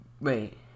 wait